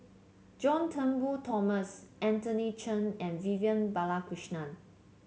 John Turnbull Thomson Anthony Chen and Vivian Balakrishnan